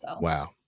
Wow